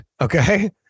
Okay